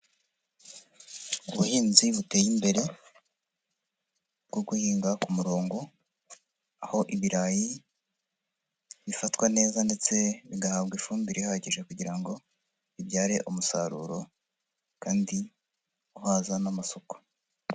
Ubuhinzi buteye imbere bwo guhinga ku murongo, aho ibirayi bifatwa neza ndetse bigahabwa ifumbire ihagije kugira ngo bibyare umusaruro kandi uhaza n'amasoko.